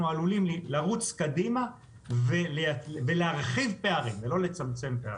אנחנו עלולים לרוץ קדימה ולהרחיב פערים ולא לצמצמם פערים.